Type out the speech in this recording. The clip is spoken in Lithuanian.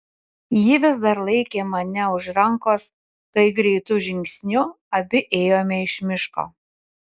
ji vis dar laikė mane už rankos kai greitu žingsniu abi ėjome iš miško